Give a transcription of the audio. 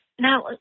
Now